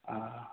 ꯑꯥ